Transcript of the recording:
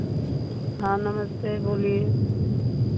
हाँ नमस्ते बोलिए